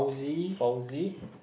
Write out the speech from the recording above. Fauzy